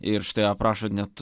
ir štai aprašot net